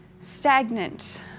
stagnant